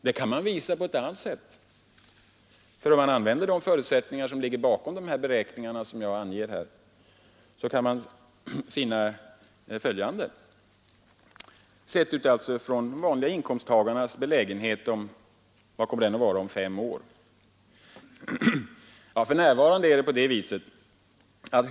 Det kan visas också på ett annat s förutsättningar som ligger bakom de beräkningar jag angett här kan man finna följande, sett från vanliga inkomsttagares belägenhet om fem år.